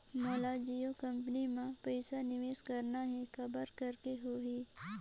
मोला जियो कंपनी मां पइसा निवेश करना हे, काबर करेके होही?